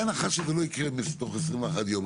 בהנחה שזה לא יקרה תוך 21 יום,